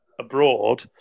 abroad